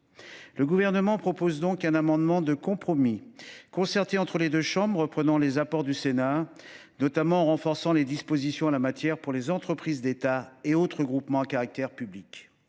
Le Gouvernement nous a donc proposé un amendement de compromis, concerté entre les deux chambres, qui reprend les apports du Sénat, notamment en renforçant les dispositions en la matière pour les entreprises d’État et autres groupements à caractère public.